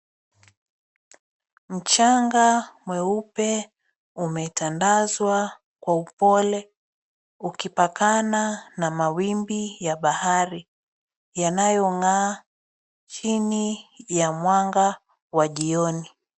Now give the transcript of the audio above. Mchanga mweupe umetandazwa kwa upole, ukipakana na mawimbi ya bahari yanayong'aa chini ya mwanga wa jiioni.